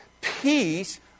peace